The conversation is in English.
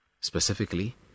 Specifically